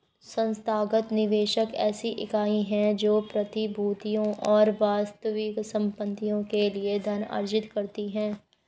संस्थागत निवेशक ऐसी इकाई है जो प्रतिभूतियों और वास्तविक संपत्तियों के लिए धन अर्जित करती है